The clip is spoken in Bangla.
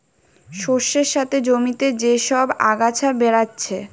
শস্যের সাথে জমিতে যে সব আগাছা বেরাচ্ছে